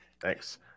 Thanks